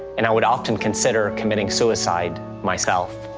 and i would often consider committing suicide myself.